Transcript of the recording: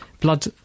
blood